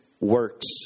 works